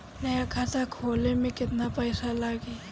नया खाता खोले मे केतना पईसा लागि?